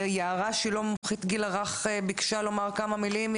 יערה שילה, מומחית גיל הרך, ביקשה לומר כמה מילים.